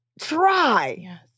Try